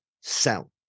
sell